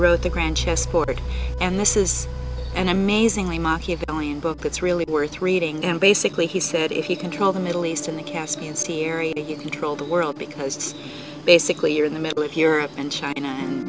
wrote the grand chessboard and this is an amazingly machiavellian book it's really worth reading and basically he said if you control the middle east in the caspian sea area you control the world because it's basically are in the middle of europe and china and